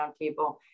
Roundtable